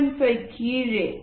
5 கீழே அல்லது 7